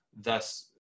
thus